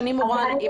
שני מורן.